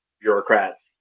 bureaucrats